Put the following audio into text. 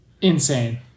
Insane